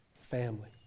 family